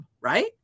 right